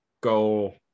goal